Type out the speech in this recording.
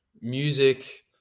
music